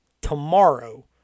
tomorrow